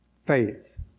Faith